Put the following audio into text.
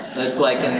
it's like,